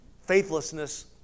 Faithlessness